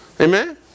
Amen